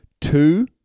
two